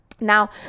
Now